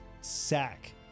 sack